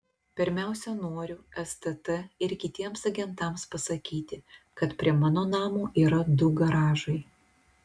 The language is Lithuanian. pirmiausia noriu stt ir kitiems agentams pasakyti kad prie mano namo yra du garažai